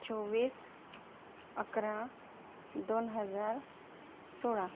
चोवीस अकरा दोन हजार सोळा